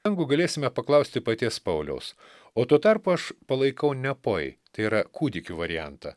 vargu galėsime paklausti paties pauliaus o tuo tarpu aš palaikau nepoj tai yra kūdikių variantą